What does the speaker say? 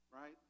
right